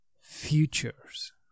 futures